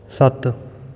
ਸੱਤ